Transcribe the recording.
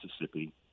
Mississippi